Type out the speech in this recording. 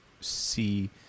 see